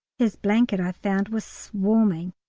his blanket, i found, was swarming,